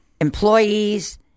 employees